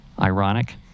Ironic